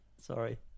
Sorry